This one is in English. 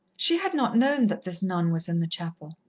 she had not known that this nun was in the chapel.